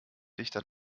dichter